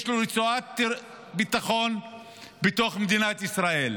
יש לו רצועת ביטחון בתוך מדינת ישראל,